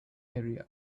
area